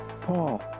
Paul